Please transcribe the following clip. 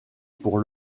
pour